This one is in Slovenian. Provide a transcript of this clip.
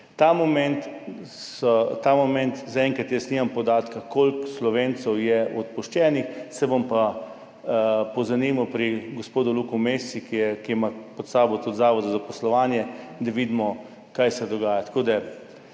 Ta moment zaenkrat jaz nimam podatka, koliko Slovencev je odpuščenih, se bom pa pozanimal pri gospodu Luku Mescu, ki ima pod sabo tudi Zavod za zaposlovanje, da vidimo, kaj se dogaja.